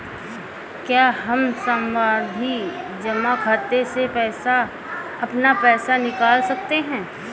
क्या हम सावधि जमा खाते से अपना पैसा निकाल सकते हैं?